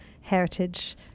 heritage